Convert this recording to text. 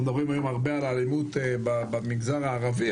אנחנו מדברים היום הרבה על אלימות במגזר הערבי,